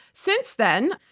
since then,